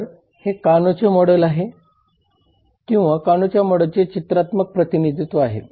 तर हे कानोचे मॉडेल आहे किंवा कानोच्या मॉडेलचे चित्रात्मक प्रतिनिधित्व आहे